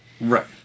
Right